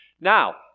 Now